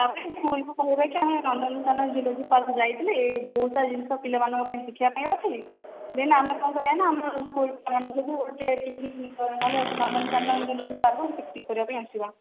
ତାପରେ ସ୍କୁଲକୁ କହିବା କି ଆମେ ନନ୍ଦନକାନନ୍ ଜୁଲୋଜିକାଲ୍ ପାର୍କ ଯାଇଥିଲେ ଏହି ବହୁତ ସାରା ଜିନିଷ ପିଲାମାନଙ୍କ ପାଇଁ ଶିଖିବା ପାଇଁ ଅଛି ଦେନ୍ ଆମେ କଣ କରିବା ନା ଆମ ସ୍କୁଲ୍ ପିଲାମାନଙ୍କୁ ଗୋଟେ ପିକନିକ୍ କରି ନହେଲେ ନନ୍ଦନକାନନ ଜୁଲୋଜିକାଲ୍ ପାର୍କ କୁ ପିକନିକ୍ କରିବାପାଇଁ ଆସିବା